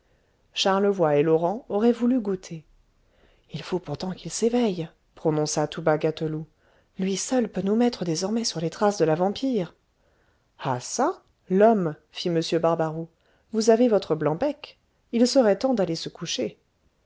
charlevoy et laurent auraient voulu goûter il faut pourtant qu'il s'éveille prononça tout bas gâteloup lui seul peut nous mettre désormais sur les traces de la vampire ah ça l'homme fit m barbaroux vous avez votre blanc-bec il serait temps d'aller se coucher